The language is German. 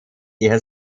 eher